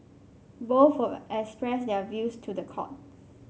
both will express their views to the court